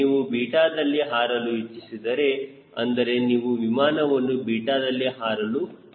ನೀವು 𝛽ದಲ್ಲಿ ಹಾರಲು ಇಚ್ಚಿಸಿದರೆ ಅಂದರೆ ನೀವು ವಿಮಾನವನ್ನು 𝛽ದಲ್ಲಿ ಹಾರಲು ಇಚ್ಚಿಸಿದರೆ